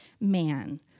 man